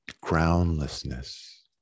groundlessness